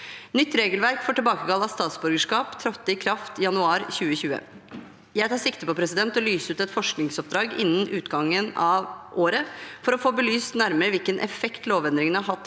Nytt regelverk for tilbakekall av statsborgerskap trådte i kraft i januar 2020. Jeg tar sikte på å lyse ut et forskningsoppdrag innen utgangen av året for å få belyst nærmere hvilken effekt lovendringene har hatt